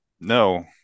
no